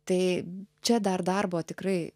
tai čia dar darbo tikrai